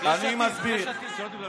למי אתה דואג?